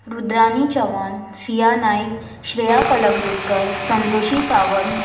Rudrani Chavan Siya Nayak Shreya Calangutkar Santoshi Sawant